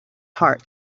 heart